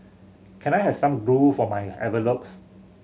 can I have some glue for my envelopes